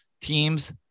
teams